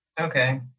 Okay